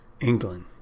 England